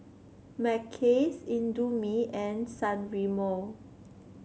Mackays Indomie and San Remo